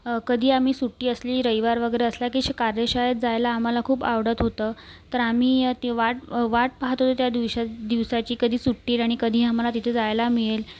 कधी आम्ही सुट्टी असली रविवार वगैरे असला की कार्यशाळेत जायला आम्हाला खूप आवडत होतं तर आम्ही ते वाट वाट पाहत होतो त्या दिवस दिवसाची कधी सुट्टी येईल आणि कधी आम्हाला तिथे जायला मिळेल